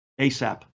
ASAP